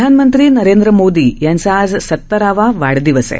प्रधानमंत्री नरेंद्र मोदी यांचा आज सतरावा वाढदिवस आहे